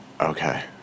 Okay